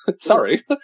Sorry